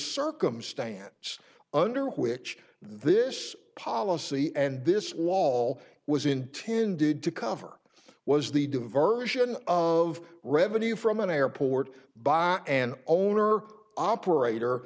circumstance under which this policy and this wall was intended to cover was the diversion of revenue from an airport by an owner operator